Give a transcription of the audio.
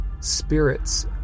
spirits